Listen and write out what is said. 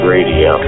Radio